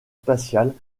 spatiales